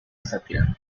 sátira